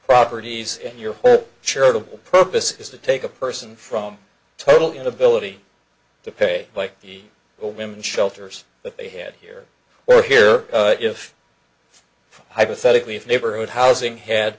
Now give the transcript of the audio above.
properties in your whole charitable purpose is to take a person from total inability to pay like the women shelters that they had here or here if hypothetically if neighborhood housing had